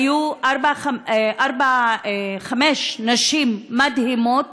היו חמש נשים מדהימות,